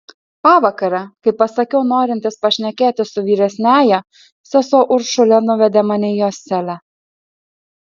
pavakare kai pasakiau norintis pašnekėti su vyresniąja sesuo uršulė nuvedė mane į jos celę